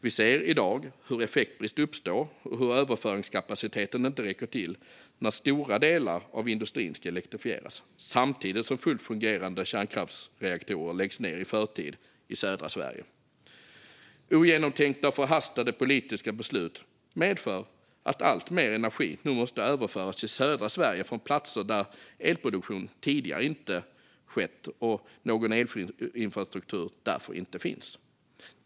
Vi ser i dag hur effektbrist uppstår och hur överföringskapaciteten inte räcker till när stora delar av industrin ska elektrifieras samtidigt som fullt fungerande kärnkraftsreaktorer läggs ned i förtid i södra Sverige. Ogenomtänkta och förhastade politiska beslut medför att alltmer energi nu måste överföras till södra Sverige från platser där elproduktion tidigare inte har skett och någon elinfrastruktur därför inte finns.